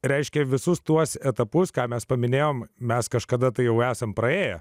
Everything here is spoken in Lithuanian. reiškia visus tuos etapus ką mes paminėjome mes kažkada tai jau esam praėjo